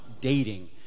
dating